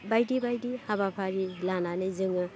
बायदि बायदि हाबाफारि लानानै जोङो